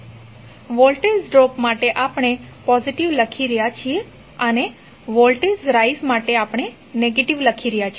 તો voltage drop માટે આપણે પોઝિટીવ લખી રહ્યા છીએ અને વોલ્ટેજ રાઇઝ માટે આપણે નેગેટીવ લખી રહ્યા છીએ